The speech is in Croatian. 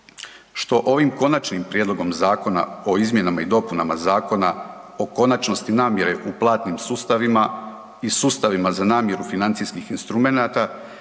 što ovim Konačnim prijedlogom zakona o izmjenama i dopunama Zakona o konačnosti namjere u platnim sustavima i sustavima za namjeru financijskih instrumenata